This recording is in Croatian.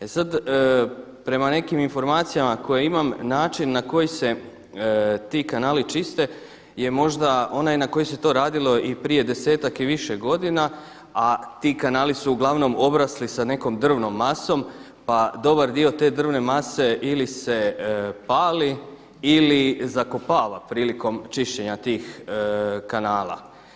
E sad, prema nekim informacijama koje imam, način na koji se ti kanali čiste je možda onaj na koji se to radilo i prije desetak i više godina, a ti kanali su uglavnom obrasli s nekom drvnom masom pa dobar dio te drvne mase ili se pali ili zakopava prilikom čišćenja tih kanala.